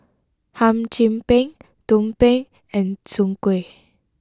Hum Chim Peng Tumpeng and Soon Kuih